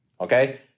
okay